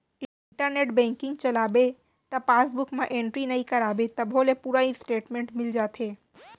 internet banking चलाबे त passbook म एंटरी नइ कराबे तभो ले पूरा इस्टेटमेंट मिल जाथे